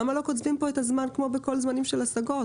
למה לא כותבים כאן את הזמן כמו בכל הזמנים של השגות?